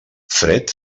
fred